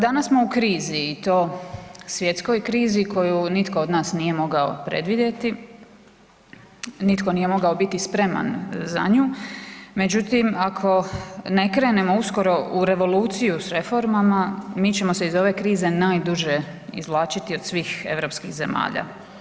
Danas smo u krizi i to svjetskoj krizi koju nitko od nas nije mogao predvidjeti, nitko nije mogao biti spreman za nju, međutim ako ne krenemo uskoro u revoluciju s reformama mi ćemo se iz ove krize najduže izvlačiti od svih europskih zemalja.